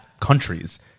countries